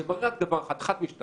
זה מראה רק דבר אחד: אחד מהשניים.